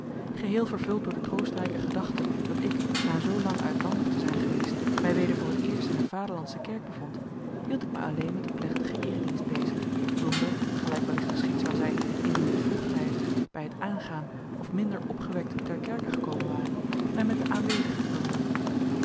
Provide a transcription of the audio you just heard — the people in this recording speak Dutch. geheel vervuld door de troostrijke gedachte dat ik na zoolang uitlandig te zijn geweest mij weder voor het eerst in een vaderlandsche kerk bevond hield ik mij alleen met den plechtigen eeredienst bezig zonder gelijk wellicht geschied zou zijn indien ik vroegtijdig bij het aangaan of minder opgewekt ter kerke gekomen ware mij met de aanwezigen te bemoeien